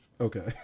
Okay